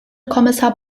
kommissar